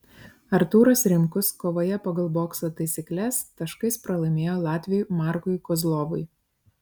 artūras rimkus kovoje pagal bokso taisykles taškais pralaimėjo latviui markui kozlovui